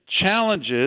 challenges